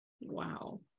Wow